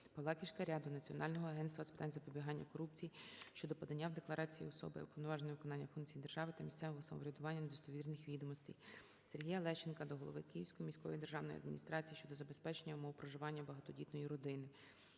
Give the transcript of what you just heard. ПавлаКишкаря до Національного агентства з питань запобігання корупції щодо подання в декларації особи, уповноваженої на виконання функцій держави та місцевого самоврядування, недостовірних відомостей. Сергія Лещенка до голови Київської міської державної адміністрації щодо забезпечення умов проживання багатодітної родини.